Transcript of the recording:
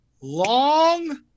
long